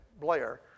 Blair